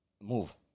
move